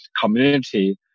community